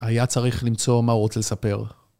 היה צריך למצוא מה הוא רוצה לספר.